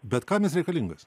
bet kam jis reikalingas